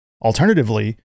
Alternatively